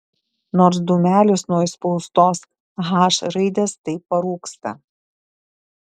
nors dūmelis nuo įspaustos h raidės tai parūksta